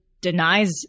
denies